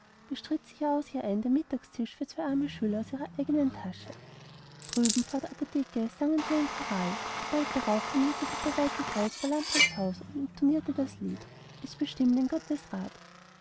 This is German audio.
bestritt sie jahraus jahrein den mittagstisch für zwei arme schüler aus ihrer eigenen tasche drüben vor der apotheke sangen sie einen choral und bald darauf formierte sich der weite kreis vor lamprechts hause und intonierte das lied es ist bestimmt in gottes rat